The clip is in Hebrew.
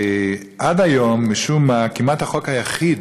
עד היום, משום מה, כמעט החוק היחיד